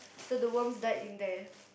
so the worms died in there